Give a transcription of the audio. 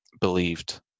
believed